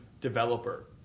developer